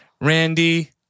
Randy